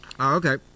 Okay